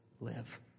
live